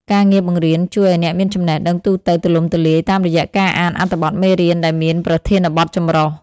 ការងារបង្រៀនជួយឱ្យអ្នកមានចំណេះដឹងទូទៅទូលំទូលាយ តាមរយៈការអានអត្ថបទមេរៀនដែលមានប្រធានបទចម្រុះ។